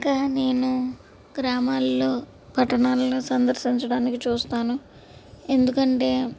గా నేనూ గ్రామాల్లో పట్టణాల్లో సందర్శించడానికి చూస్తాను ఎందుకంటే